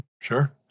Sure